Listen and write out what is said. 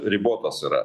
ribotos yra